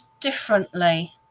differently